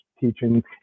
teaching